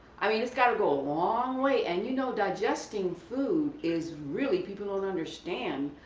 i mean, it's got to go a long way. and you know digesting food is really, people don't understand,